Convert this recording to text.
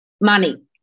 money